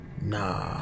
Nah